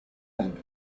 end